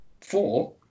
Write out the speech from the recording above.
Four